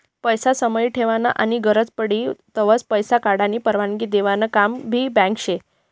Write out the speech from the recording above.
पैसा समाई ठेवानं आनी गरज पडी तव्हय पैसा काढानी परवानगी देवानं काम भी बँक शे